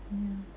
ya